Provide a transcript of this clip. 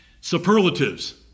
Superlatives